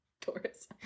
Taurus